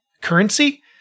currency